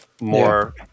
more